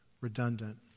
redundant